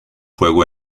fuego